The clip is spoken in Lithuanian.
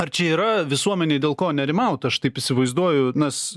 ar čia yra visuomenei dėl ko nerimaut aš taip įsivaizduoju nes